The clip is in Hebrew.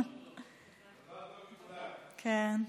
תודה.